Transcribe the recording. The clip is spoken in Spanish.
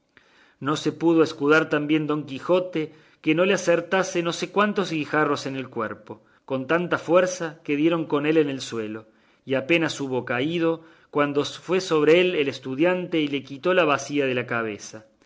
no se pudo escudar tan bien don quijote que no le acertasen no sé cuántos guijarros en el cuerpo con tanta fuerza que dieron con él en el suelo y apenas hubo caído cuando fue sobre él el estudiante y le quitó la bacía de la cabeza